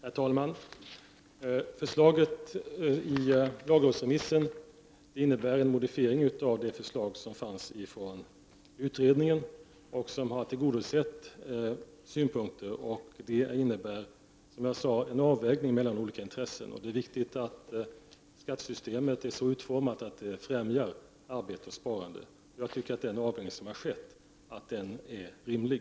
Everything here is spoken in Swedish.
Herr talman! Förslaget i lagrådsremissen är en modifiering av utredningens förslag. I det har synpunkter tillgodosetts, och det innebär, som jag sade, en avvägning mellan olika intressen. Det är viktigt att skattesystemet är utformat på ett sådant sätt att det främjar arbete och sparande. Jag tycker att den avvägning som har skett är rimlig.